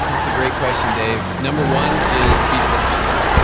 that's a great question, dave. number one is be purposeful.